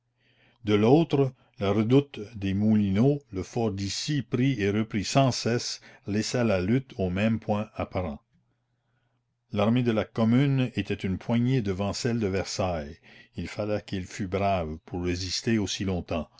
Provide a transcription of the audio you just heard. de l'autre la redoute des moulineaux le fort d'issy pris et repris sans cesse laissaient la lutte au même point apparent l'armée de la commune était une poignée devant celle de versailles il fallait qu'elle fût brave pour résister aussi longtemps